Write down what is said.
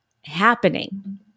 happening